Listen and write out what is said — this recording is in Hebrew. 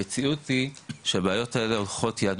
המציאות היא שהבעיות האלה הולכות יד